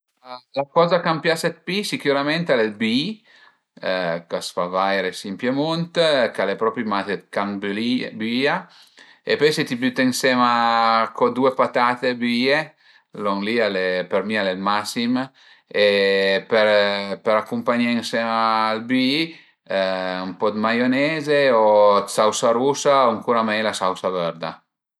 La coza ch'a më pias dë pi al e sicürament ël büì ch'a s'fa vaire si ën Piemunt ch'a e propi mach dë carn büìa e pöi se t'i büte ënsema co due patate büìe lon li për mi al e ël masim e për acumpagné ënsema ël büì ën po dë maioneze o dë sausa rusa o ancura mei la sausa vërda